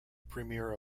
premiere